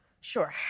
Sure